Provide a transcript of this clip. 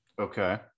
Okay